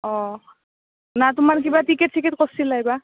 অঁ না কিবা তোমাৰ টিকেট চিকেট কৰচিলাইবা